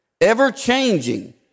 ever-changing